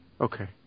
Okay